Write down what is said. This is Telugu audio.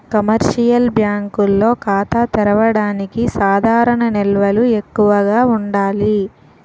కమర్షియల్ బ్యాంకుల్లో ఖాతా తెరవడానికి సాధారణ నిల్వలు ఎక్కువగా ఉండాలి